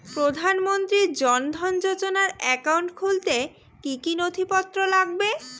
প্রধানমন্ত্রী জন ধন যোজনার একাউন্ট খুলতে কি কি নথিপত্র লাগবে?